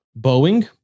Boeing